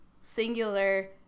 singular